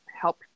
help